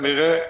כנראה,